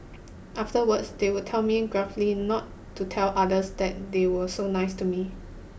afterwards they would tell me gruffly not to tell others that they were so nice to me